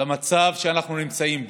למצב שאנחנו נמצאים בו.